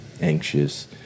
anxious